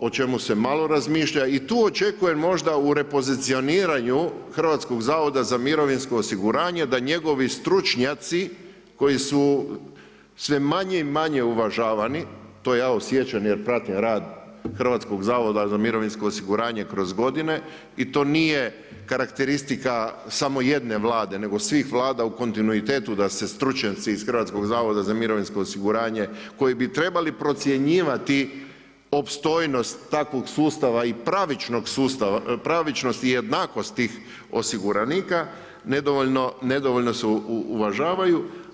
o čemu se malo razmišlja i tu očekujem možda u repozicioniranju Hrvatskog zavoda za mirovinsko osiguranje da njegovi stručnjaci koji su sve manje i manje uvažavani to ja osjećam jer pratim rad Hrvatskog zavoda za mirovinsko osiguranje kroz godine i to nije karakteristika samo jedne Vlade nego svih Vlada u kontinuitetu, da se stručnjaci iz Hrvatskog zavoda za mirovinsko osiguranje koji bi trebali procjenjivati opstojnost takvog sustava i pravičnost i jednakost tih osiguranika nedovoljno se uvažavaju.